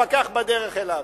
הפקח בדרך אליו.